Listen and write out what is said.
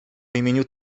imieniu